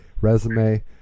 resume